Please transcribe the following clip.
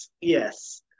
Yes